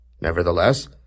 Nevertheless